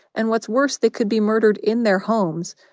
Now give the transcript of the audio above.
and what's worse they could be murdered in their homes,